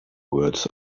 words